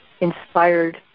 inspired